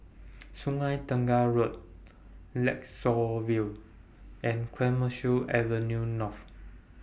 Sungei Tengah Road Lakeshore View and Clemenceau Avenue North